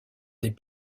des